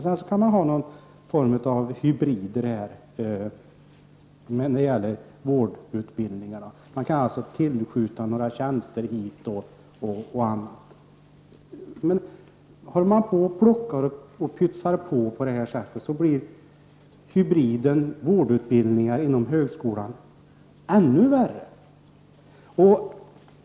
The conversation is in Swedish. Sedan skall det vara något slags hybrider när det gäller vårdutbildningarna. Man kan alltså tillskjuta några tjänster hit eller dit osv. Plockar och pytsar man på det sättet, blir hybriden vårdutbildningen inom högskolan ännu värre.